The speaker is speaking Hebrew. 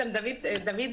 השעה?